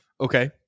Okay